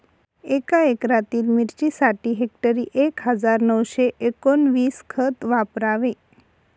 एका एकरातील मिरचीसाठी हेक्टरी एक हजार नऊशे एकोणवीस खत वापरावे